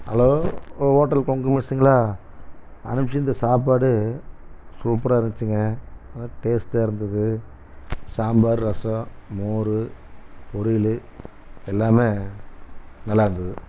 hello ஓ hotel Kongu மெஸ்ஸுங்களா அனுப்பிச்சிருந்த சாப்பாடு சூப்பராக இருந்துச்சுங்க நல்லா டேஸ்ட்டாக இருந்தது சாம்பார் ரசம் மோர் பொரியல் எல்லாமே நல்லாயிருந்தது